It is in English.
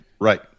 Right